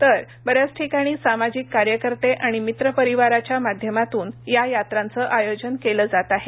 तर बऱ्याच ठिकाणी सामाजिक कार्यकर्ते आणि मित्र परिवाराच्या माध्यमातून या यात्रांचं आयोजन केलं जात आहे